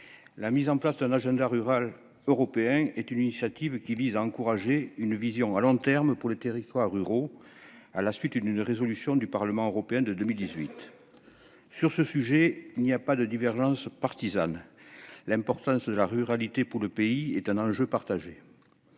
la mise en place d'un agenda rural européen est une initiative qui vise à encourager une vision à long terme pour les territoires ruraux, à la suite d'une résolution du Parlement européen de 2018. Sur ce sujet, il n'y a pas de divergence partisane : l'importance de la ruralité est un enjeu partagé.